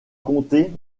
comté